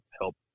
help